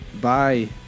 bye